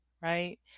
Right